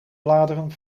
bladeren